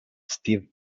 steve